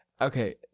okay